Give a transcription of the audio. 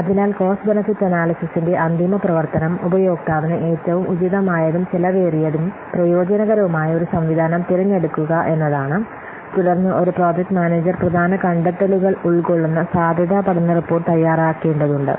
അതിനാൽ cost benefit അനാല്യ്സിസ്ന്റെ അന്തിമ പ്രവർത്തനം ഉപയോക്താവിന് ഏറ്റവും ഉചിതമായതും ചെലവേറിയതും പ്രയോജനകരവുമായ ഒരു സംവിധാനം തിരഞ്ഞെടുക്കുക എന്നതാണ് തുടർന്ന് ഒരു പ്രോജക്റ്റ് മാനേജർ പ്രധാന കണ്ടെത്തലുകൾ ഉൾക്കൊള്ളുന്ന സാധ്യതാ പഠന റിപ്പോർട്ട് തയ്യാറാക്കേണ്ടതുണ്ട്